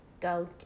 go